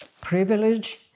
privilege